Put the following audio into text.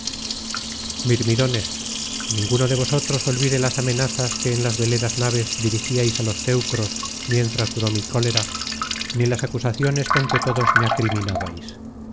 mirmidones ninguno de vosotros olvide las amenazas que en las veleras naves dirigíais á los teucros mientras duró mi cólera ni las acusaciones con que todos me acriminabais